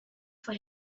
for